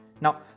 Now